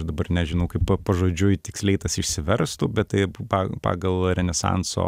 aš dabar nežinau kaip pa pažodžiui tiksliai tas išsiverstų bet taip pa pagal renesanso